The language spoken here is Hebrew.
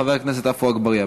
חבר הכנסת עפו אגבאריה.